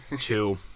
two